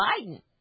Biden